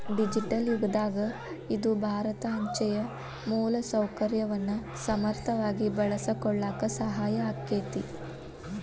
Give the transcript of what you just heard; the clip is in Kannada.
ಡಿಜಿಟಲ್ ಯುಗದಾಗ ಇದು ಭಾರತ ಅಂಚೆಯ ಮೂಲಸೌಕರ್ಯವನ್ನ ಸಮರ್ಥವಾಗಿ ಬಳಸಿಕೊಳ್ಳಾಕ ಸಹಾಯ ಆಕ್ಕೆತಿ